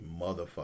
motherfucker